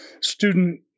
student